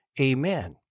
Amen